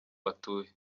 batuye